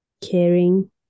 caring